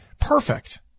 perfect